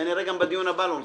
כנראה גם בדיון הבא לא נסיים.